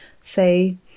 say